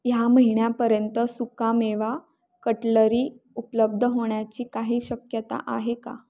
ह्या महिन्यापर्यंत सुकामेवा कटलरी उपलब्ध होण्याची काही शक्यता आहे का